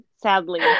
sadly